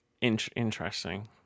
interesting